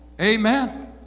Amen